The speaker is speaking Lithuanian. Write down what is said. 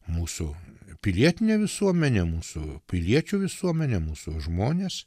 mūsų pilietinė visuomenė mūsų piliečių visuomenė mūsų žmonės